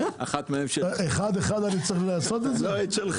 אני צריך לעשות את זה אחד-אחד?